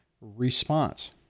response